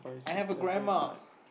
I have a grandma